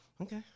okay